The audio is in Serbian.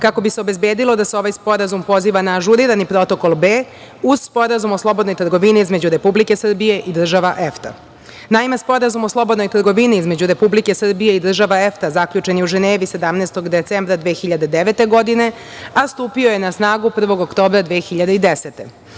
kako bi se obezbedilo da se ovaj sporazum poziva na ažurirani Protokol B, uz Sporazum o slobodnoj trgovini između Republike Srbije i država EFTA.Naime, Sporazum o slobodnoj trgovini između Republike Srbije i država EFTA zaključen je u Ženevi 17. decembra 2009. godine, a stupio je na snagu 1. oktobra 2010.